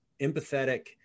empathetic